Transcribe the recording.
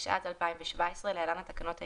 התשע"ז 2017 (להלן התקנות העיקריות),